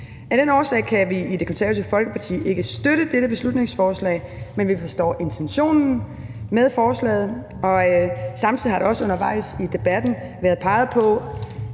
Af den årsag kan vi i Det Konservative Folkeparti ikke støtte dette beslutningsforslag, men vi forstår intentionen med forslaget. Samtidig har der også undervejs i debatten været peget på,